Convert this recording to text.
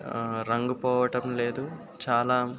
రంగు పోవటం లేదు చాలా